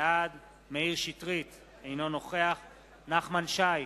בעד מאיר שטרית, אינו נוכח נחמן שי,